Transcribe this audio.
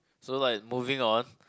so like moving on